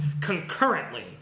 concurrently